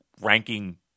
ranking